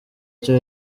cyo